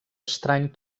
estrany